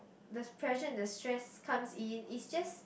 the pressure and the stress comes in is just